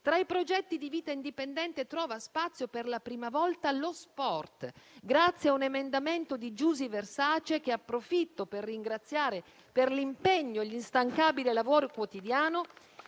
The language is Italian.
Tra i progetti di vita indipendente trova spazio per la prima volta lo sport, grazie a un emendamento di Giusy Versace, che approfitto per ringraziare per l'impegno e l'instancabile lavoro quotidiano.